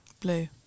Blue